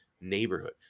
neighborhood